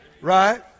right